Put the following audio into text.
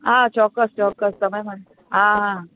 હા ચોક્કસ ચોક્કસ તમે મને હા હા